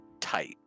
tight